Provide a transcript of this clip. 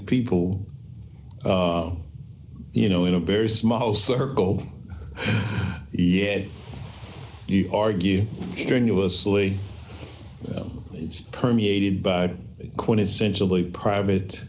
people you know in a very small circle yet you argue strenuously it's permeated by quintessentially private